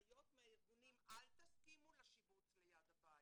הנחיות מהארגונים, אל תסכימו לשיבוץ ליד הבית,